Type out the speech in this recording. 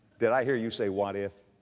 did i hear you say what if?